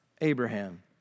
Abraham